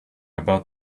about